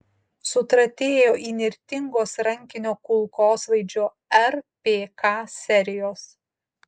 sutratėjo įnirtingos rankinio kulkosvaidžio rpk serijos